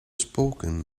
spoken